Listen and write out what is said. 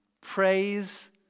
Praise